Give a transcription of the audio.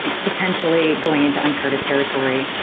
potentially going into uncharted territory.